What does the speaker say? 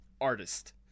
artist